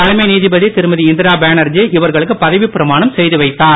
தலைமை நீதிபதி திருமதி இந்திரா பேனர்ஜி இவர்களுக்கு பதவி பிரமாணம் செய்து வைத்தார்